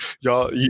y'all